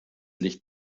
licht